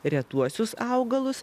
retuosius augalus